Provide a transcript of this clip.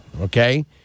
okay